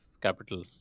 capital